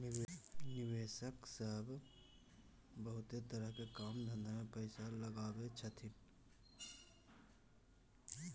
निवेशक सब बहुते तरह के काम धंधा में पैसा लगबै छथिन